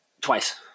Twice